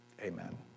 Amen